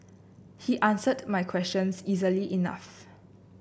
he answered my questions easily enough